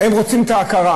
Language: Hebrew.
הם רוצים את ההכרה